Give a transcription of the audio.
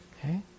okay